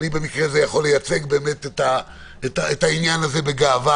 אני יכול לייצג את העניין הזה בגאווה.